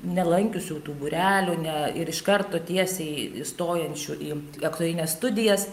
nelankiusių tų būrelių ne ir iš karto tiesiai įstojančių į aktorines studijas